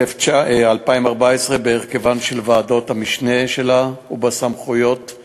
2014 בהרכבן של ועדות המשנה שלה ובסמכויותיהן